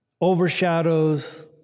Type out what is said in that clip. overshadows